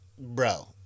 Bro